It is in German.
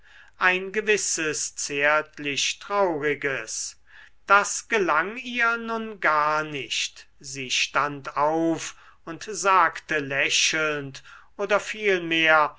ein gewisses zärtlich trauriges das gelang ihr nun gar nicht sie stand auf und sagte lächelnd oder vielmehr